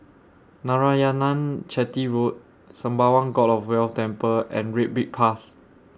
Narayanan Chetty Road Sembawang God of Wealth Temple and Red Brick Path